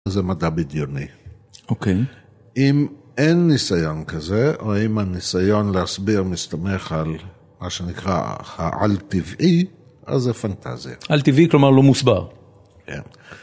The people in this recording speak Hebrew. זה מדע בדיוני. אוקיי. אם אין ניסיון כזה, או אם הניסיון להסביר מסתמך על מה שנקרא העל-טבעי, אז זה פנטזיה. על-טבעי כלומר לא מוסבר. כן.